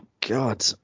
God